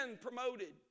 promoted